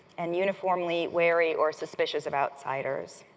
and uniformly wary or suspicious of outsiders.